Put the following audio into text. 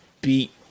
beat